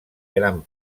gran